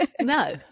No